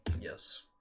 yes